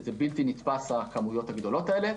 שזה בלתי נתפס הכמויות הגדולות האלה.